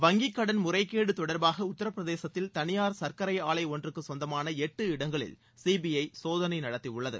வங்கிக் கடன் முறைகேடு தொடர்பாக உத்தரப்பிரதேசத்தில் தனியார் சர்க்கரை ஆலை ஒன்றுக்கு சொந்தமான எட்டு இடங்களில் சிபிஐ சோதனை நடத்தியுள்ளது